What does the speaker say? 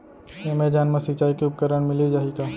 Amazon मा सिंचाई के उपकरण मिलिस जाही का?